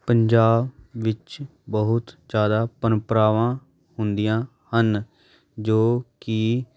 ਪੰਜਾਬ ਵਿੱਚ ਬਹੁਤ ਜ਼ਿਆਦਾ ਪਰੰਪਰਾਵਾਂ ਹੁੰਦੀਆਂ ਹਨ ਜੋ ਕਿ